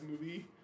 movie